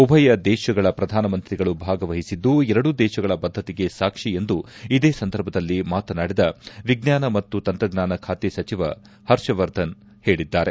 ಉಭಯ ದೇಶಗಳ ಪ್ರಧಾನಮಂತ್ರಿಗಳು ಭಾಗವಹಹಿಸಿದ್ದು ಎರಡೂ ದೇಶಗಳ ಬದ್ದತೆಗೆ ಸಾಕ್ಷಿ ಎಂದು ಇದೇ ಸಂದರ್ಭದಲ್ಲಿ ಮಾತನಾಡಿದ ವಿಜ್ಞಾನ ಮತ್ತು ತಂತ್ರಜ್ಞಾನ ಖಾತೆ ಸಚಿವ ಹರ್ಷವರ್ಧನ್ ಹೇಳಿದ್ದಾರೆ